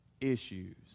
issues